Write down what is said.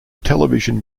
television